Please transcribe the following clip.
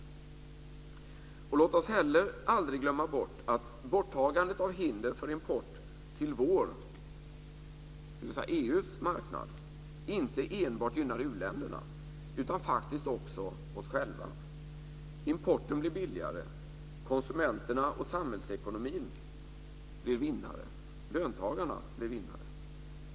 Låt oss heller aldrig glömma bort att borttagandet av hinder för import till vår, dvs. EU:s, marknad inte enbart gynnar u-länderna utan faktiskt också oss själva. Importen blir billigare, konsumenterna och samhällsekonomin blir vinnare, löntagarna blir vinnare.